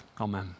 Amen